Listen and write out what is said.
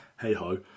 hey-ho